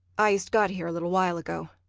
i yust got here a little while ago.